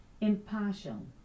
impartial